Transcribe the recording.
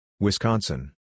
Wisconsin